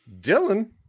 Dylan